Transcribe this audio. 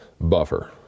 buffer